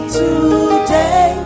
today